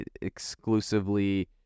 exclusively